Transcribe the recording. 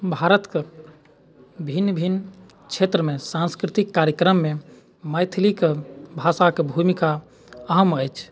भारतके भिन्न भिन्न क्षेत्रमे सांस्कृतिक कार्यक्रममे मैथिलीके भाषाके भूमिका अहम अछि